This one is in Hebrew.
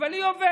אבל היא עובדת,